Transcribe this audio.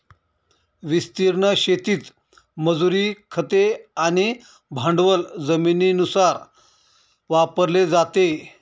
विस्तीर्ण शेतीत मजुरी, खते आणि भांडवल जमिनीनुसार वापरले जाते